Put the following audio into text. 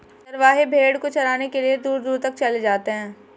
चरवाहे भेड़ को चराने के लिए दूर दूर तक चले जाते हैं